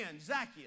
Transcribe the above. Zacchaeus